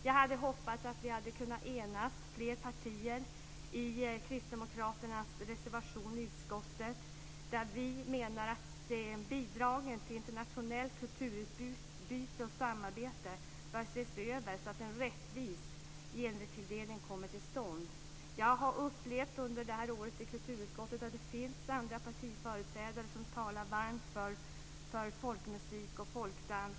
Jag hade hoppats att fler partier hade kunnat enas i kristdemokraternas reservation i utskottet. Vi menar att bidragen till internationellt kulturutbyte och samarbete bör ses över så att en rättvis genretilldelning kommer till stånd. Jag har under det här året i kulturutskottet upplevt att det finns andra partiföreträdare som talar varmt för folkmusik och folkdans.